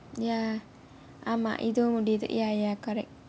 ya ஆமா இதுவும் முடியுது:aamaa ithuvum mudiyuthu ya ya correct